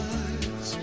eyes